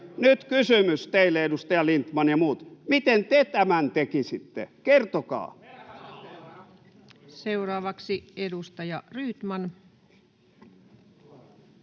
Nyt kysymys teille, edustaja Lindtman ja muut: Miten te tämän tekisitte? Kertokaa. [Eduskunnasta: